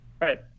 Right